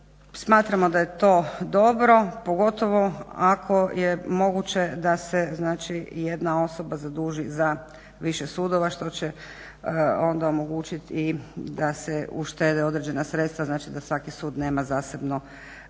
Smatramo da je to dobro, pogotovo ako je moguće da se znači jedna osoba zaduži za više sudova, što će onda omogućiti i da se uštede određena sredstva, znači da svaki sud nema zasebno